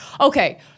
Okay